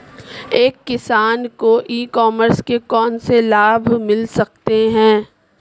एक किसान को ई कॉमर्स के कौनसे लाभ मिल सकते हैं?